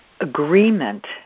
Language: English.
agreement